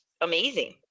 amazing